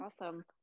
awesome